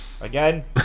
Again